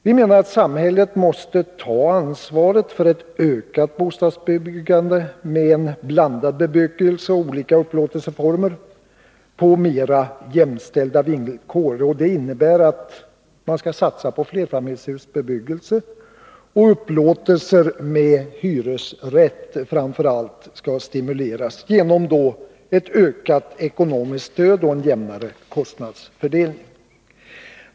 Vi anser att samhället måste ta ansvaret för ett ökat bostadsbyggande med en blandad bebyggelse och olika upplåtelseformer på mera jämställda villkor. Det innebär att flerfamiljshusbebyggelse och upplåtelse med hyresrätt framför allt skall stimuleras med ett ökat ekonomiskt stöd och jämnare kostnadsfördelning.